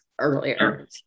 earlier